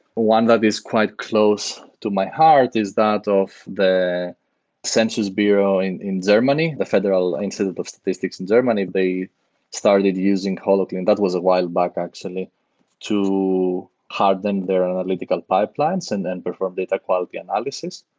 one that is quite close to my heart is that of the census bureau and in germany, the federal and sort of of statistics in germany. they started using holoclean. that was a while back actually to harden their analytical pipelines and and perform data quality analysis.